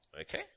Okay